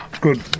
good